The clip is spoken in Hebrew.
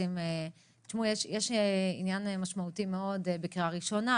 יש עניין משמעותי מאוד בקריאה ראשונה,